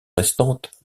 restantes